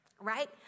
right